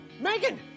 Megan